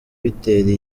bitera